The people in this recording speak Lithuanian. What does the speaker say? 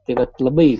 tai vat labai